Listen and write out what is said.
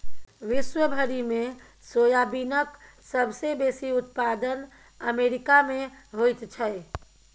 विश्व भरिमे सोयाबीनक सबसे बेसी उत्पादन अमेरिकामे होइत छै